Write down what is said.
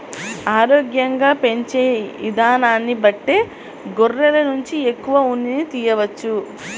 ఆరోగ్యంగా పెంచే ఇదానాన్ని బట్టే గొర్రెల నుంచి ఎక్కువ ఉన్నిని తియ్యవచ్చు